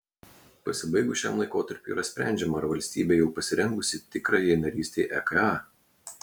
pasibaigus šiam laikotarpiui yra sprendžiama ar valstybė jau pasirengusi tikrajai narystei eka